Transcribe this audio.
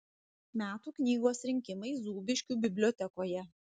metų knygos rinkimai zūbiškių bibliotekoje